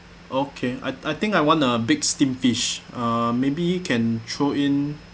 okay I I think I want a big steam fish uh maybe can throw in